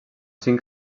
cinc